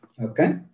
okay